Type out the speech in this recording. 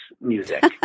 music